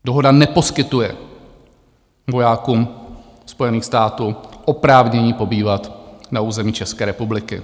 Dohoda neposkytuje vojákům Spojených států oprávnění pobývat na území České republiky.